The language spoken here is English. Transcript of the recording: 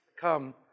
come